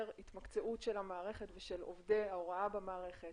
התמקצעות של המערכת ושל עובדי ההוראה במערכת